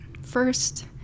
first